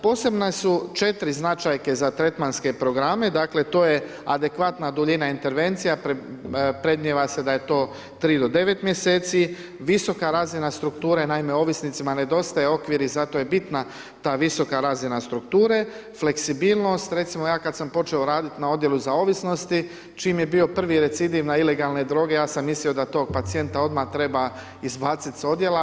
Posebna su 4 značajke za tretmanske programe, dakle, to je adekvatna duljina intervencija, predmnijeva se da je to 3-9 mj. visoka razina strukture, naime ovisnicima nedostaje okvir i zato je bitna ta visoka razina strukture, fleksibilnost, recimo ja kada sam počeo raditi na odjelu za ovisnosti, čim je bio prvi … na ilegalne droge, ja sam mislio da tog pacijenta odmah treba izbaciti iz odjela.